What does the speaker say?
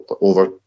over